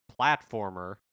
platformer